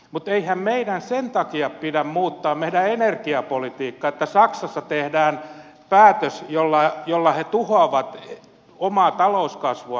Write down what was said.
mutta eihän meidän sen takia pidä muuttaa meidän energiapolitiikkamme että saksassa tehdään päätös jolla he tuhoavat omaa talouskasvuaan